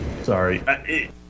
sorry